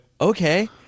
okay